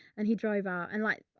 and he drove out. and like, i,